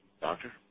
Doctor